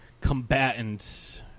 combatants